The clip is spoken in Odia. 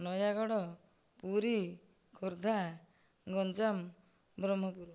ନୟାଗଡ଼ ପୁରୀ ଖୋର୍ଦ୍ଧା ଗଞ୍ଜାମ ବ୍ରହ୍ମପୁର